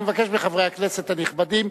אני מבקש מחברי הכנסת הנכבדים,